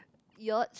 yacht